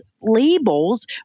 labels